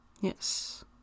Yes